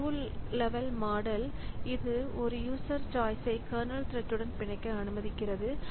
இந்த 2 level model இது ஒரு யூசர் சாய்ஸை கர்னல் த்ரெட் உடன் பிணைக்க அனுமதிக்கிறது